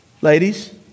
ladies